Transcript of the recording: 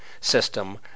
system